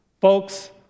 Folks